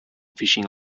fishing